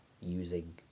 using